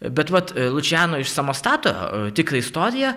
bet vat lučiano iš samostato tikrą istoriją